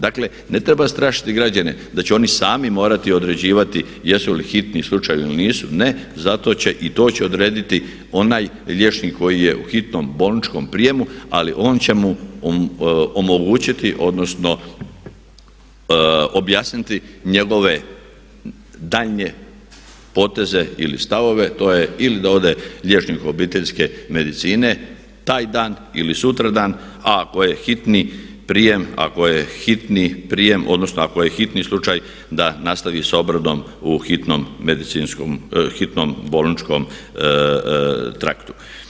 Dakle ne treba strašiti građane da će oni sami morati određivati jesu li hitni slučajevi ili nisu, ne, za to će i to će odrediti onaj liječnik koji je u hitnom bolničkom prijemu ali on će mu omogućiti odnosno objasniti njegove daljnje poteze ili stavove, to je ili da ode liječniku obiteljske medicine taj dan ili sutra dan a ako je hitni prijem, ako je hitni prijem, odnosno ako je hitni slučaj da nastavi sa obradom u hitnom medicinskom, hitnom bolničkom traktu.